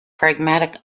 pragmatic